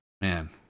Man